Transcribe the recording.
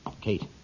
Kate